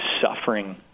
suffering